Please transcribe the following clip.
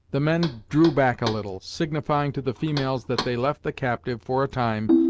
the men drew back a little, signifying to the females that they left the captive, for a time,